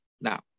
Now